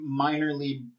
minorly